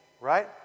right